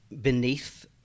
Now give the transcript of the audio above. beneath